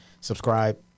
subscribe